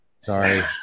Sorry